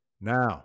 now